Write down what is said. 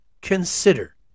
consider